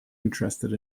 interested